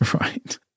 Right